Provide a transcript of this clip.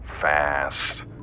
fast